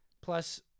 Plus